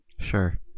Sure